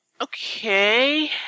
okay